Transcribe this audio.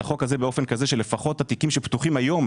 החוק הזה באופן כזה שלפחות התיקים שפתוחים היום,